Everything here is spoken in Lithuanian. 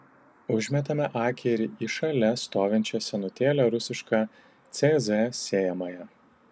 užmetame akį ir į šalia stovinčią senutėlę rusišką cz sėjamąją